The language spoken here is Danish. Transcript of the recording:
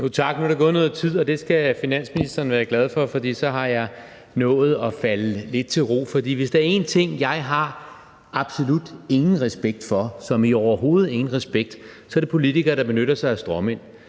Nu er der gået noget tid, og det skal finansministeren være glad for, for så har jeg nået at falde lidt til ro. For hvis der er en ting, jeg har absolut ingen respekt for som i overhovedet ingen respekt, så er det politikere, der benytter sig af stråmænd.